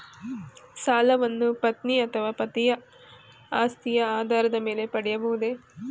ಸಾಲವನ್ನು ಪತ್ನಿ ಅಥವಾ ಪತಿಯ ಆಸ್ತಿಯ ಆಧಾರದ ಮೇಲೆ ಪಡೆಯಬಹುದೇ?